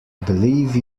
believe